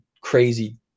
crazy